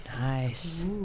Nice